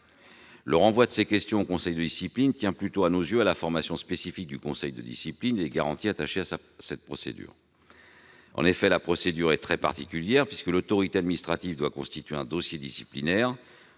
Le renvoi de ces questions au conseil de discipline tient plutôt, à nos yeux, à la formation spécifique de ce dernier et aux garanties attachées à cette procédure, qui est très particulière : l'autorité administrative doit constituer un dossier disciplinaire